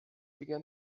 began